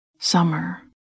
Summer